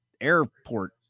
airport